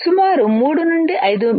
సుమారు 3 నుండి 5 మి